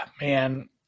man